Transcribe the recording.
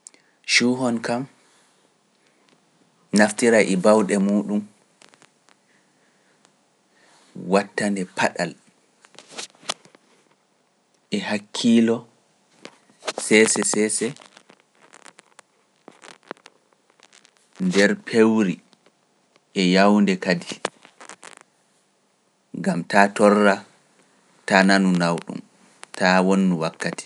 Cuuhon kam naftira e bawde muuɗum wattande paɗal e hakkiilo seese seese nder pewri e yawnde kadi Ngam taa torra taa nanu naw ɗum, taa won wakkati.